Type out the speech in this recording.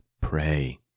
pray